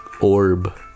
Orb